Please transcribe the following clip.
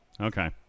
Okay